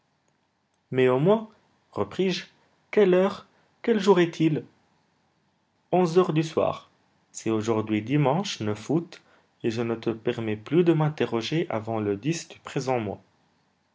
mais au moins repris-je quelle heure quel jour est-il onze heures du soir c'est aujourd'hui dimanche août et je ne te permets plus de m'interroger avant le du présent mois